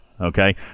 Okay